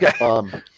okay